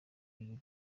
bibiri